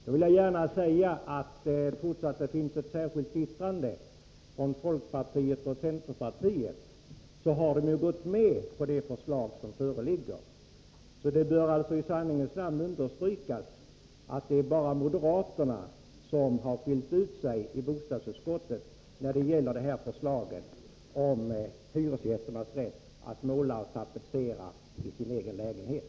Jag vill då gärna säga att folkpartiet och centerpartiet, trots att det finns ett särskilt yttrande från dem, ändå har gått med på det förslag som föreligger. Det bör i sanningens namn understrykas att det bara är moderaterna som har skilt ut sig i bostadsutskottet när det gäller förslaget om hyresgästernas rätt att måla och tapetsera i sin egen lägenhet.